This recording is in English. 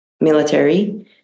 military